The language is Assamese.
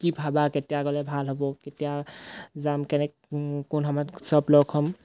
কি ভাবা কেতিয়া গ'লে ভাল হ'ব কেতিয়া যাম কেনেকৈ কোন সময়ত চব লগ হ'ম